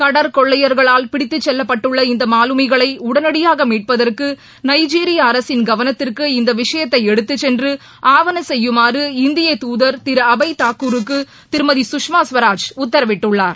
கடற்கொள்ளையர்களால் பிடித்துச் செல்லப்பட்டுள்ள இந்த மாலுமிகளை உடனடியாக மீட்பதற்கு நைஜீரிய அரசின் கவனத்திற்கு இந்த விஷயத்தை எடுத்துச்சென்று ஆவன செய்யுமாறு இந்திய துதர் திரு அபய் தாக்கூருக்கு திருமதி குஷ்மா கவராஜ் உத்தரவிட்டுள்ளார்